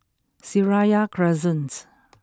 Seraya Crescent